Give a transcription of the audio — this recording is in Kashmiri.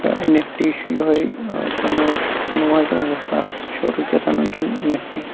تہٕ نِفٹی چھُِ یِہَے کُنوُہ کُنوُہ ہا کِنہٕ وُہ ساس چھُ رٔکِتھ وُنکٮ۪ن نِفٹی